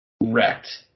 wrecked